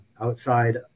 outside